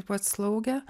ir pats slaugė